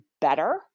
better